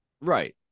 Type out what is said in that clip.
Right